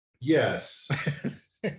yes